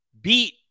beat